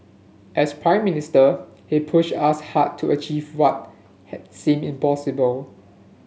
as Prime Minister he pushed us hard to achieve what had seemed impossible